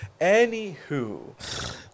Anywho